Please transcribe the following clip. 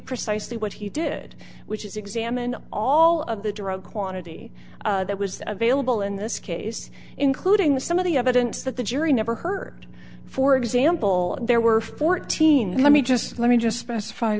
precisely what he did which is examine all of the drug quantity that was available in this case including the some of the evidence that the jury never heard for example there were fourteen let me just let me just specify